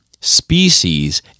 Species